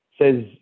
says